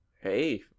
Hey